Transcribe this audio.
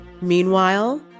Meanwhile